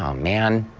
um man!